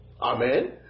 Amen